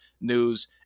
news